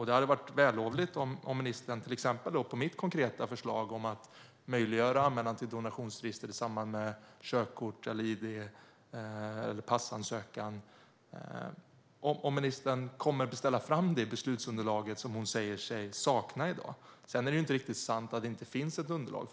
Det hade varit vällovligt om ministern till exempel när det gäller mitt konkreta förslag om att möjliggöra anmälan till donationsregistret i samband med körkorts-, idkorts eller passansökan kommer att beställa fram det beslutsunderlag som hon säger sig sakna i dag. Sedan är det inte riktigt sant att det inte finns ett underlag.